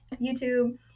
YouTube